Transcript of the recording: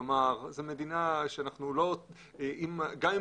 כלומר, גם אם